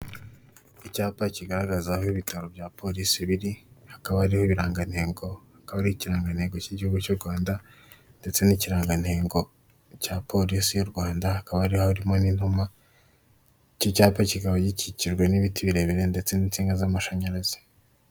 Icyapa kigaragaza aho ibitabo bya polisi biri, hakaba hariho ibirangantego, hakaba hariho ikirangantego cya polisi y'u Rwanda, hakaba hari harimo n'inuma, iki cyapa kikaba gikikijwe n'ibiti birebire ndetse n'insinga z'amashanyarazi.